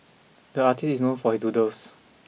the artist is known for his doodles